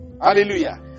Hallelujah